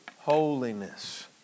holiness